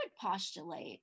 postulate